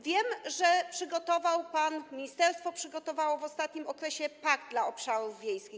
Wiem, że przygotował pan, ministerstwo przygotowało w ostatnim okresie „Pakt dla obszarów wiejskich”